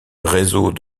réseau